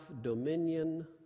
dominion